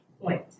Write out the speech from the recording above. point